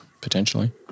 potentially